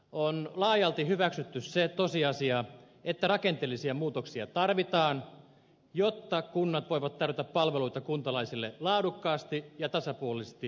on laajalti hyväksytty se tosiasia että rakenteellisia muutoksia tarvitaan jotta kunnat voivat tarjota palveluita kuntalaisille laadukkaasti ja tasapuolisesti koko maassa